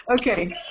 okay